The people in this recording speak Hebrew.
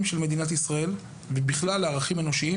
של מדינת ישראל ובכלל לערכים אנושיים.